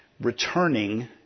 returning